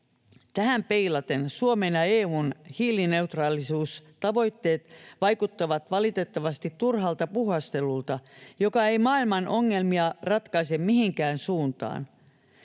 Tähän peilaten Suomen ja EU:n hiilineutraalisuustavoitteet vaikuttavat valitettavasti turhalta puuhastelulta, joka ei maailman ongelmia ratkaise mihinkään suuntaan.